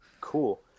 Cool